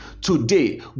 today